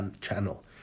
channel